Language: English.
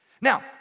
Now